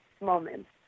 moments